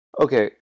okay